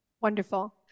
Wonderful